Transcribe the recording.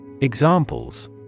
Examples